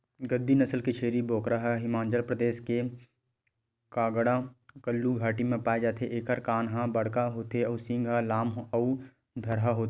गद्दी नसल के छेरी बोकरा ह हिमाचल परदेस के कांगडा कुल्लू घाटी म पाए जाथे एखर कान ह बड़का होथे अउ सींग ह लाम अउ धरहा होथे